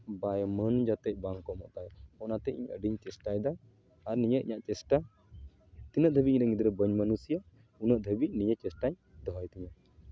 ᱵᱟᱭ ᱢᱟᱹᱱ ᱡᱟᱛᱮ ᱵᱟᱭ ᱠᱚᱢᱚᱜ ᱛᱟᱭ ᱚᱱᱟᱛᱮ ᱤᱧ ᱟᱹᱰᱤᱧ ᱪᱮᱥᱴᱟᱭᱮᱫᱟ ᱟᱨ ᱱᱤᱭᱟᱹ ᱤᱧᱟᱹᱜ ᱪᱮᱥᱴᱟ ᱛᱤᱱᱟᱹᱜ ᱫᱷᱟᱹᱵᱤᱡ ᱤᱧᱨᱮᱱ ᱜᱤᱫᱽᱨᱟᱹ ᱵᱟᱹᱧ ᱢᱟᱹᱱᱩᱥᱮᱭᱟ ᱩᱱᱟᱹᱜ ᱫᱷᱟᱹᱵᱤᱡ ᱱᱤᱭᱟᱹ ᱪᱮᱥᱴᱟᱧ ᱫᱚᱦᱚᱭ ᱛᱤᱧᱟᱹ